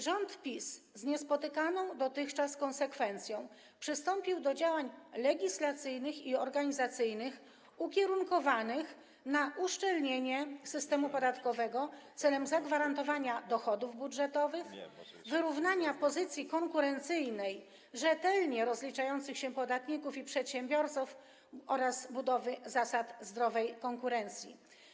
Rząd PiS z niespotykaną dotychczas konsekwencją przystąpił do działań legislacyjnych i organizacyjnych ukierunkowanych na uszczelnienie systemu podatkowego celem zagwarantowania dochodów budżetowych, wyrównania pozycji konkurencyjnej rzetelnie rozliczających się podatników i przedsiębiorców oraz budowy zasad zdrowej konkurencji.